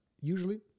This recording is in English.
usually